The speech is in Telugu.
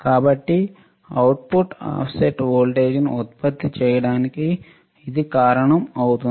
కాబట్టి అవుట్పుట్ ఆఫ్సెట్ వోల్టేజ్ను ఉత్పత్తి చేయడానికి ఇది కారణం అవుతుంది